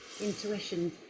intuition